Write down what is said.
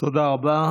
תודה רבה.